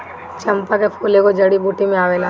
चंपा के फूल एगो जड़ी बूटी में भी आवेला